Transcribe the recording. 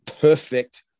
perfect